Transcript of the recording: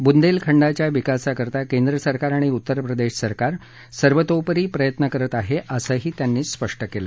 बुंदेलखंडाच्या विकासाकरता केंद्रसरकार आणि उत्तरप्रदेश सरकार सर्वतोपरी प्रयत्न करत आहे असंही त्यांनी स्पष्ट केलं